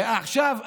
ועכשיו,